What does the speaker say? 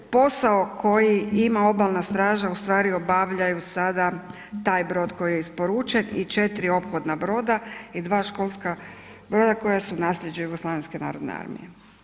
Posao koji ima obalna straža ustvari obavljaju sada taj brod koji je isporučen i četiri ophodna broda i dva školska broda koja su nasljeđe Jugoslavenske narodne armije.